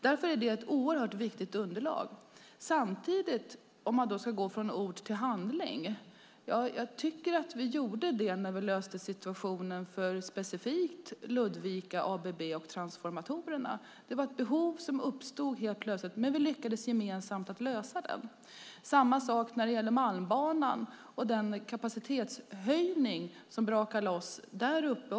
Därför är det ett oerhört viktigt underlag. När det gäller att gå från ord till handling tycker jag att vi gjorde det när vi löste situationen för specifikt ABB i Ludvika och transformatorerna. Det var ett behov som uppstod helt plötsligt, men vi lyckades gemensamt att lösa det. Samma sak är det när det gäller Malmbanan och den kapacitetshöjning som brakar loss däruppe.